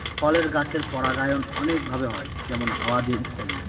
ফলের গাছের পরাগায়ন অনেক ভাবে হয় যেমন হাওয়া দিয়ে ইত্যাদি